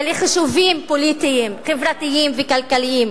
אלה חישובים פוליטיים, חברתיים וכלכליים.